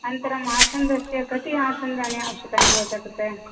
अनन्तरं आसन्दस्य कति आसन्दाः आवश्यकानि भवतः कृते